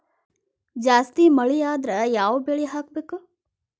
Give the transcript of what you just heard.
ಜಾಸ್ತಿ ಮಳಿ ಆದ್ರ ಯಾವ ಬೆಳಿ ಹಾಕಬೇಕು?